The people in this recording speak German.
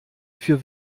für